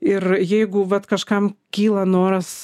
ir jeigu vat kažkam kyla noras